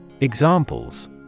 Examples